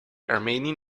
armenian